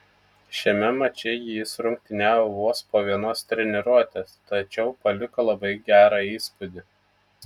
šiame mače jis rungtyniavo vos po vienos treniruotės tačiau paliko labai gerą įspūdį